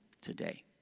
today